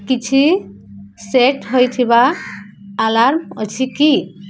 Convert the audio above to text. କିଛି ସେଟ୍ ହୋଇଥିବା ଆଲାର୍ମ୍ ଅଛି କି